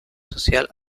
social